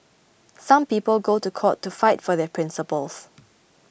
some people go to court to fight for their principles